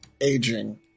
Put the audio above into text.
aging